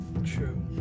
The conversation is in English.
True